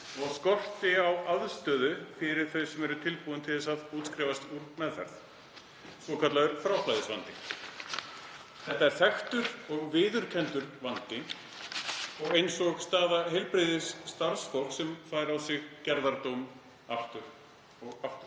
og skorti á aðstöðu fyrir þau sem eru tilbúin til að útskrifast úr meðferð, svokölluðum fráflæðisvanda. Þetta er þekktur og viðurkenndur vandi eins og staða heilbrigðisstarfsfólks sem fær á sig gerðardóm aftur og aftur.